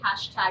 hashtag